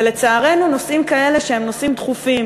ולצערנו, נושאים כאלה, שהם נושאים דחופים,